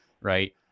right